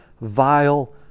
vile